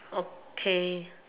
okay